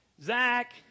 Zach